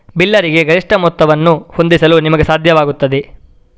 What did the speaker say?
ಬಿಲ್ಲರಿಗೆ ಗರಿಷ್ಠ ಮೊತ್ತವನ್ನು ಹೊಂದಿಸಲು ನಿಮಗೆ ಸಾಧ್ಯವಾಗುತ್ತದೆ